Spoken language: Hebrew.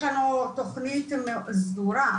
יש לנו תכנית סדורה,